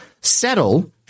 settle